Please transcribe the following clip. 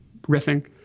riffing